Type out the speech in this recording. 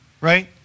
right